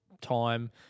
time